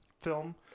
film